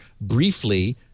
briefly